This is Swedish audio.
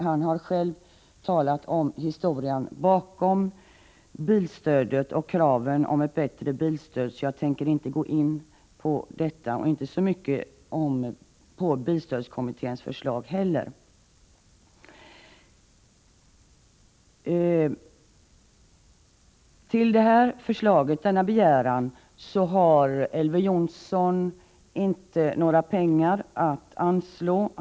Han har själv talat om bakgrunden till kravet på ett bättre bilstöd, så jag tänker inte gå in på detta och inte heller tala om bilstödskommitténs förslag. Till sin begäran har Elver Jonsson inte några pengar att anslå.